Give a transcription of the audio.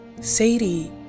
Sadie